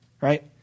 right